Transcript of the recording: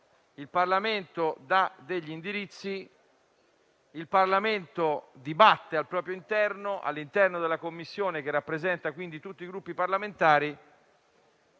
il Parlamento dà degli indirizzi, che poi dibatte al proprio interno, all'interno della Commissione, che rappresenta, quindi, tutti i Gruppi parlamentari.